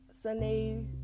Sunday